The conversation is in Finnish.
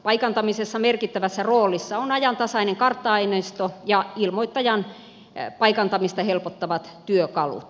paikantamisessa merkittävässä roolissa ovat ajantasainen kartta aineisto ja ilmoittajan paikantamista helpottavat työkalut